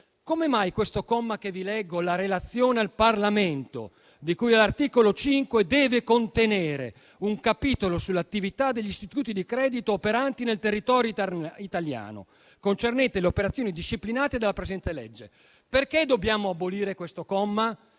leggo un comma che dice che la relazione al Parlamento, di cui all'articolo 5, deve contenere un capitolo sull'attività degli istituti di credito operanti nel territorio italiano, concernente le operazioni disciplinate dalla presente legge. Perché dobbiamo abolire questo comma,